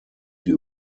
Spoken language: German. die